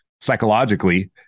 psychologically